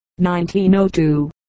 1902